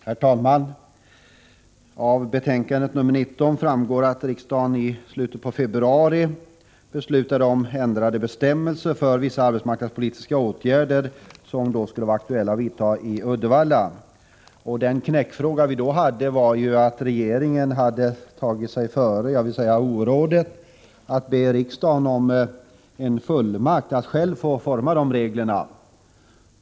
Herr talman! Av betänkande 19 framgår att riksdagen i slutet av februari beslutade om ändrade bestämmelser för vissa arbetsmarknadspolitiska åtgärder som var aktuella att vidta i Uddevalla. Den knäckfråga vi då hade var att regeringen hade tagit sig orådet före att be riksdagen om en fullmakt att själv få forma reglerna.